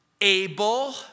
able